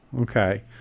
Okay